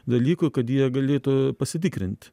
dalykų kad jie galėtų pasitikrint